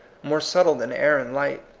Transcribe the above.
more subtle than air and light.